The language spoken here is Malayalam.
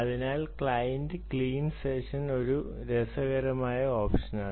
അതിനാൽ ക്ലയന്റ് ക്ലീൻ സെഷൻ ഒരു രസകരമായ ഓപ്ഷനാണ്